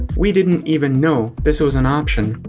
we didn't even know this was an option.